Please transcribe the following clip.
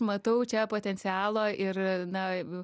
matau čia potencialo ir na